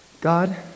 God